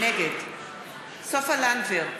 נגד סופה לנדבר,